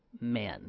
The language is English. men